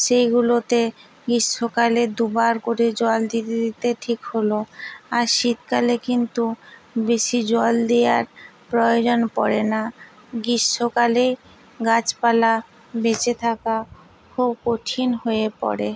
সেইগুলোতে গ্রীষ্মকালে দুবার করে জল দিতে দিতে ঠিক হলো আর শীতকালে কিন্তু বেশি জল দেওয়ার প্রয়োজন পড়ে না গ্রীষ্মকালে গাছপালা বেঁচে থাকা খুব কঠিন হয়ে পড়ে